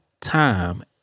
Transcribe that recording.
time